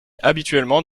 habituellement